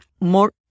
more